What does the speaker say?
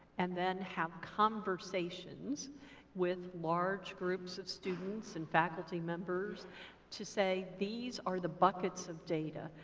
and then have conversations with large groups of students and faculty members to say, these are the buckets of data.